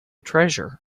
treasure